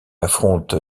affronte